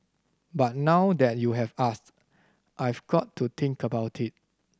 but now that you have asked I've got to think about it